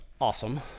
awesome